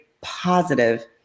positive